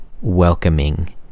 welcoming